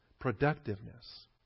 productiveness